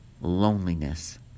loneliness